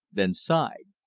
then sighed.